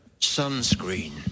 sunscreen